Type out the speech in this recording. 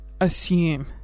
assume